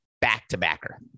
back-to-backer